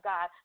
God